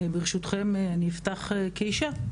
ברשותכם אני אפתח כאישה,